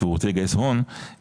והוא רוצה לגייס הון,